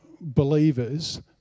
believers